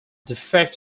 defect